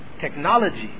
technology